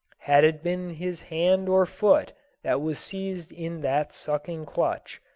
had it been his hand or foot that was seized in that sucking clutch,